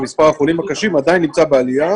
מספר החולים הקשים עדיין נמצא בעלייה,